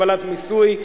הגבלת מיסוי):